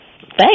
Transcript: Thanks